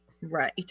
Right